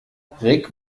rick